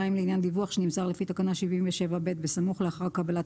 לעניין דיווח שנמסר לפי תקנה 77(ב) בסמוך לאחר קבלת